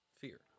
fear